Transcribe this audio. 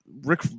Rick